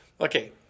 Okay